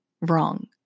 wrong